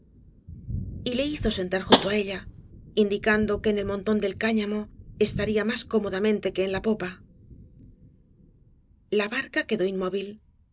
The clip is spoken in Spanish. hizo sentar junto á ella indicando que en el montón del cáñamo estaría más cómodamente que en la popa la barca quedó inmóvil